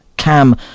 Cam